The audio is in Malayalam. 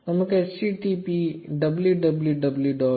0255 നമുക്ക് "http www